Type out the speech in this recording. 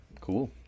cool